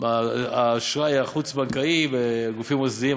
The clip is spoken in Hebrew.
האשראי החוץ-בנקאי בגופים מוסדיים.